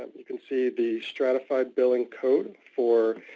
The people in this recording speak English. um you can see the stratified billing code for